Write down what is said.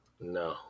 No